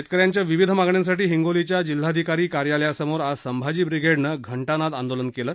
शेतकऱ्यांच्या विविध मागण्यांसाठी हिंगोलीच्या जिल्हाधिकारी कार्यालयासमोर आज संभाजी ब्रिगेडनं घंटानाद आंदोलन केलं